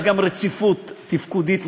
יש גם רציפות תפקודית,